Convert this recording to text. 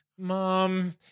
Mom